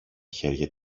χέρια